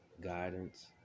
guidance